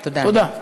תודה.